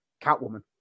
Catwoman